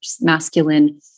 masculine